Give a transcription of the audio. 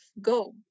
go